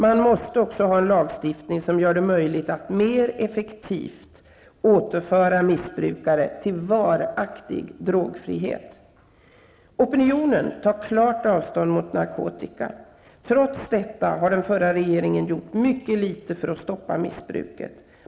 Man måste även ha en lagstiftning som gör det möjligt att mer effektivt återföra missbrukare till varaktig drogfrihet. Opinionen tar klart avstånd från narkotika. Trots detta har den förra regeringen gjort mycket litet för att stoppa missbruket.